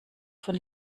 von